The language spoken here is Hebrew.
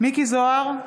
מכלוף מיקי זוהר,